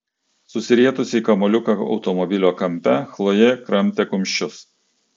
susirietusi į kamuoliuką automobilio kampe chlojė kramtė kumščius